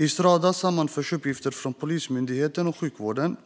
I Strada sammanförs uppgifter från Polismyndigheten och sjukvården.